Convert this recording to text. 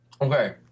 okay